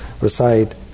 Recite